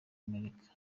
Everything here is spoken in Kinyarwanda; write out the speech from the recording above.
amerika